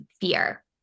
fear